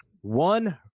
One